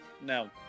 No